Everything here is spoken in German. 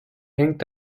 hängt